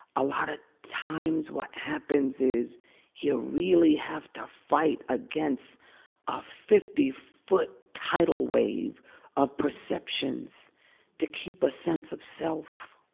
a lot of times, what happens is you ah really have to fight against a fifty foot tidal wave of perceptions to keep a sense of self.